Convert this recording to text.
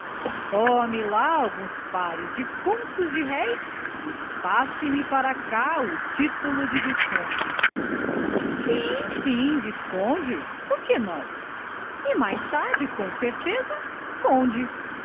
tome lá alguns pares de contos de réis e passe me para cá o titulo de visconde sim sim visconde por que não e mais tarde com certeza conde